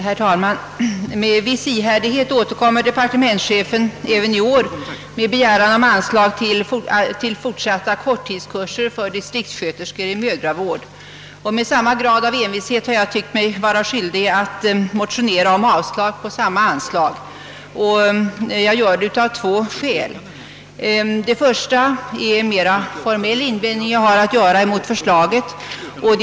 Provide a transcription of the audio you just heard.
Herr talman! Med en viss ihärdighet återkommer departementschefen även i år med begäran om anslag till fortsatta korttidskurser för distriktssköterskor i mödravård. Med samma grad av envishet har jag ansett mig böra motionera om avslag. Jag gör detta av två skäl. Det första skälet är av mera formell natur.